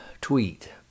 tweet